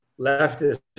leftist